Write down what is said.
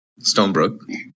Stonebrook